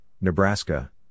Nebraska